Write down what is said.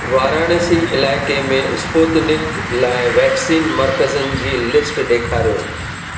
वाराणसी इलाइक़े में स्पूतनिक लाइ वैक्सीन मर्कज़नि जी लिस्ट ॾेखारियो